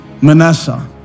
Manasseh